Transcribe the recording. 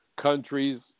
Countries